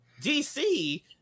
DC